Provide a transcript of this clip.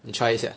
你 try 一下